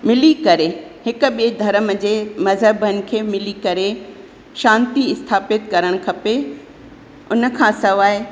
मिली करे हिकु ॿिए धर्म जे मज़हबनि खे मिली करे शांती स्थापित करणु खपे उन खां सवाइ